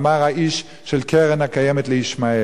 אמר האיש של הקרן הקיימת לישמעאל.